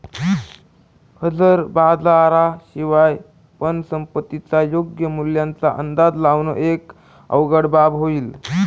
हजर बाजारा शिवाय पण संपत्तीच्या योग्य मूल्याचा अंदाज लावण एक अवघड बाब होईल